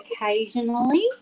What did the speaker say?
occasionally